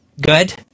Good